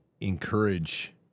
encourage